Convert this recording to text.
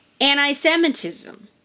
anti-Semitism